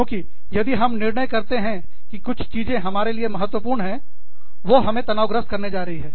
क्योंकि यदि हम यह निर्णय करते हैं कि कुछ चीजें हमारे लिए बहुत महत्वपूर्ण है वो हमें तनावग्रस्त करने जा रही हैं